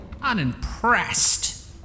unimpressed